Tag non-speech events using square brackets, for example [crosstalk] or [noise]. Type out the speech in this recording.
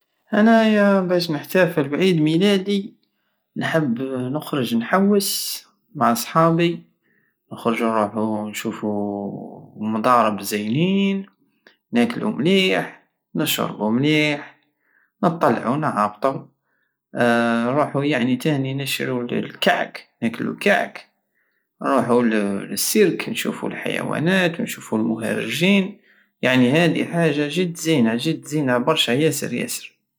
انايا بش نحتافل بعيد ميلادي نحب نخرج نحوس مع صحابي نخرجو نروحو نشوف [hesitation] مدارب زينين ناكلو مليح نشربو مليح نطلعو نهبطو [hesitation] نروحو يعني تاني نشرو الكعك ناكلو الكعك نروحو لسيرك نشوفو الحيوانات نشوفو المهرجين نويس [hesitation] يعني هادي حاجة جيد زينة جيد زينة برشة ياسر ياسر